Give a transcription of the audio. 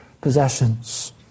possessions